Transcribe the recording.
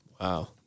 Wow